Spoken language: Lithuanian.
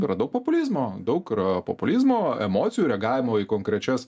yra daug populizmo daug yra populizmo emocijų reagavimo į konkrečias